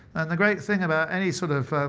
and the great thing about any sort of